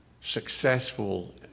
successful